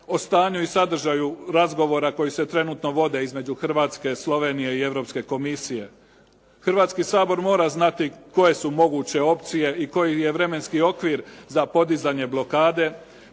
o stanju i sadržaju razgovora koji se trenutno vode između Hrvatske, Slovenije i Europske komisije. Hrvatski sabor mora znati koje su moguće opcije i koji je vremenski okvir za podizanje blokade,